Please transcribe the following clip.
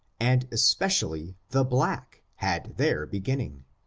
and especially the black, had their beginning.